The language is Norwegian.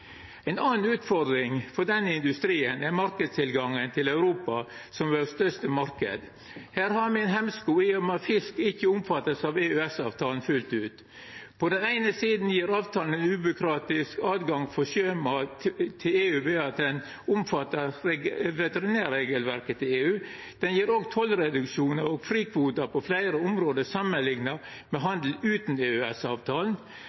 denne industrien er marknadstilgangen til Europa, som er vår største marknad. Her har me ein hemsko, i og med at fisk ikkje fullt ut er omfatta av EØS-avtalen. På den eine sida gjev avtalen ein ubyråkratisk tilgang til sjømat til EU ved at ein er omfatta av veterinærregelverket til EU. Avtalen gjev òg tollreduksjonar og frikvotar på fleire område samanlikna med